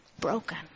Broken